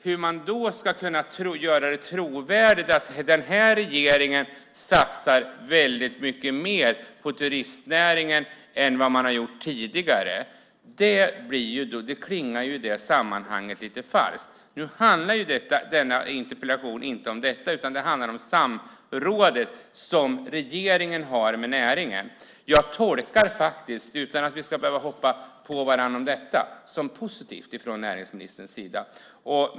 Hur man då ska kunna göra det trovärdigt att den här regeringen satsar väldigt mycket mer på turistnäringen än vad som har gjorts tidigare? Det klingar i detta sammanhang lite falskt. Nu handlar denna interpellation inte om detta, utan den handlar om samrådet som regeringen har med näringen. Jag tolkar faktiskt detta som positivt från näringsministerns sida och att vi inte ska behöva hoppa på varandra i fråga om detta.